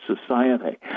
society